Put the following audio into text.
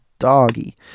doggy